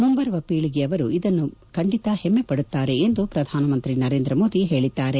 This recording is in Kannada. ಮುಂಬರುವ ಪೀಳಿಗೆಯವರು ಇದರ ಬಗ್ಗೆ ಖಂಡಿತವಾಗಿಯೂ ಹೆಮ್ಮೆಪದುತ್ತಾರೆ ಎಂದು ಪ್ರಧಾನಮಂತ್ರಿ ನರೇಂದ ಮೋದಿ ಹೇಳಿದ್ದಾರೆ